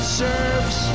serves